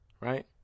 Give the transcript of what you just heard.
Right